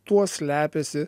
tuo slepiasi